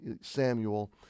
Samuel